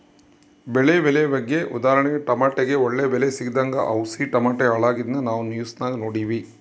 ಬೆಳೆ ಬೆಲೆ ಬಗ್ಗೆ ಉದಾಹರಣೆಗೆ ಟಮಟೆಗೆ ಒಳ್ಳೆ ಬೆಲೆ ಸಿಗದಂಗ ಅವುಸು ಟಮಟೆ ಹಾಳಾಗಿದ್ನ ನಾವು ನ್ಯೂಸ್ನಾಗ ನೋಡಿವಿ